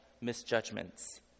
misjudgments